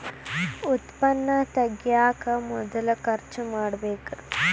ಉತ್ಪನ್ನಾ ತಗಿಯಾಕ ಮೊದಲ ಖರ್ಚು ಮಾಡಬೇಕ